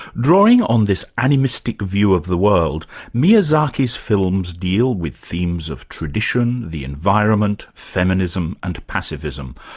drawing on this animistic view of the world, miyazaki's films deal with themes of tradition, the environment, feminism and passivism.